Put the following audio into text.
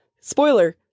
spoiler